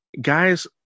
guys